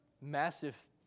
massive